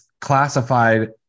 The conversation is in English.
classified